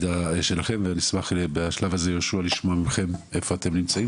אני אשמח בשלב הזה לשמוע את יהושע היכן אתם נמצאים